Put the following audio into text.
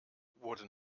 wurde